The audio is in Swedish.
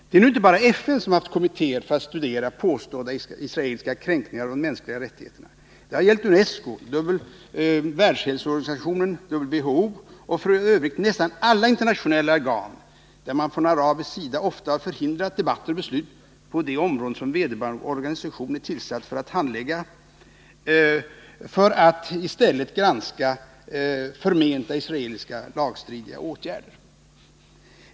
Det är inte bara FN som tillsatt kommittéer för att studera riktigheten i påståendena om israeliska kränkningar av de mänskliga rättigheterna. Det har även UNESCO, WHO och f.ö. nästan alla internationella organ där man från arabisk sida ofta har förhindrat debatter och beslut på de områden där vederbörande organisation har att handlägga ärenden och i stället krävt granskning av förmenta israeliska lagstridiga åtgärder.